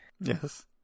Yes